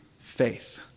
faith